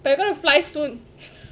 but you're gonna fly soon